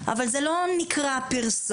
אבל זה לא נקרא פרסומת.